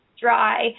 dry